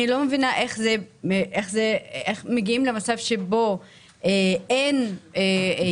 ואני לא מבינה איך זה מגיעים למצב שבו אין תקצוב